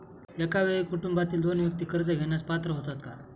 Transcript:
एका वेळी कुटुंबातील दोन व्यक्ती कर्ज घेण्यास पात्र होतात का?